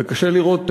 וקשה לראות,